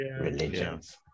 religions